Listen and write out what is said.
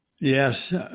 Yes